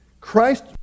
Christ